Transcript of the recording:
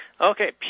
okay